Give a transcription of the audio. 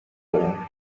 دارم